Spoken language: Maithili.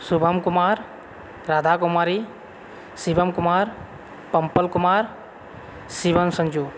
शुभम कुमार राधा कुमारी शिवम कुमार पम्पल कुमार शिवम सञ्जु